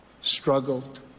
struggled